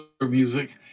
music